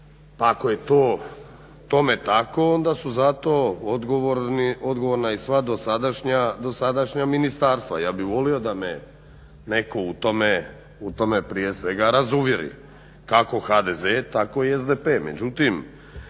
Pa ako je to tome tako onda su za to odgovorna i sva dosadašnja ministarstva. Ja bih volio da me netko u tome prije svega razuvjeri, kako HDZ tako i SDP.